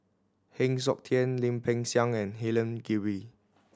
Heng Siok Tian Lim Peng Siang and Helen Gilbey